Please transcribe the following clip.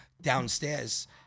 downstairs